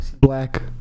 Black